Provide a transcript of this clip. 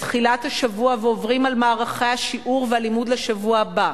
בתחילת השבוע ועוברים על מערכי השיעור והלימוד לשבוע הבא.